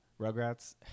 Rugrats